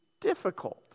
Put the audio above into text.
difficult